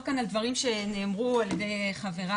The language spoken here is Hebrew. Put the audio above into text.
כאן על דברים שנאמרו ע"י חברי,